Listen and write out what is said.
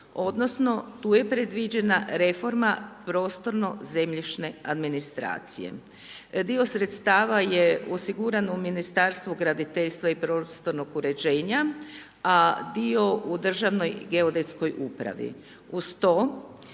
odnosno, tu je predviđena reforma, prostorno zemljišne administracije. Dio sredstava je osiguran u Ministarstvu graditeljstva i prostornog uređenja, a dio u Državnoj geodetskoj upravi.